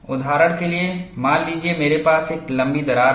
उदाहरण के लिए मान लीजिए मेरे पास एक लंबी दरार है